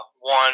one